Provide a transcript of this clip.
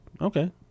Okay